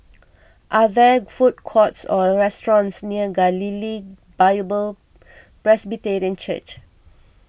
are there food courts or restaurants near Galilee Bible Presbyterian Church